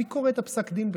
מי קורא את פסק הדין בכלל?